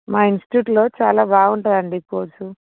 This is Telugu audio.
మా ఇంస్టిట్యూట్లో చాలా బాగుంటుంది అండి కోర్సు